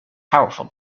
powerful